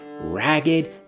ragged